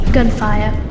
Gunfire